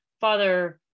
father